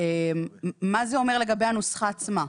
מה זה אומר לגבי הנוסחה עצמה?